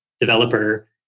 developer